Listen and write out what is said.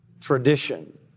tradition